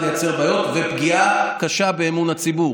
לייצר בעיות ופגיעה קשה באמון הציבור.